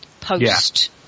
post